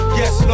yes